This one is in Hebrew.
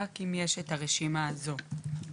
רק אם יש את הרשימה הזו במגרש.